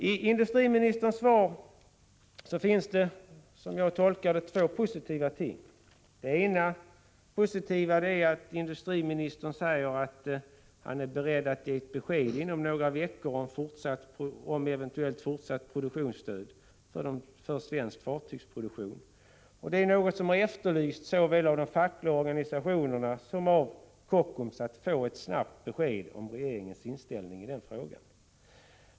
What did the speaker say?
I industriministerns svar finns, som jag tolkar det, två positiva ting. Det ena är att industriministern säger att han är beredd att ge ett besked inom några veckor om eventuellt fortsatt produktionsstöd för svensk fartygsproduktion. Att få ett snabbt besked om regeringens inställning i denna fråga är något som har efterlysts av såväl de fackliga organisationerna som av Kockums.